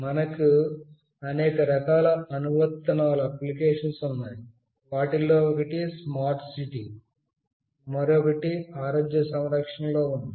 మనకు అనేక రకాల అనువర్తనాలు ఉన్నాయి వాటిలో ఒకటి స్మార్ట్ సిటీ మరొకటి ఆరోగ్య సంరక్షణలో ఉంది